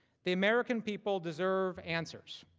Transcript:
the american people deserve answers.